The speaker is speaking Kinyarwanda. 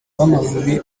w’amavubi